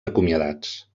acomiadats